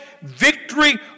Victory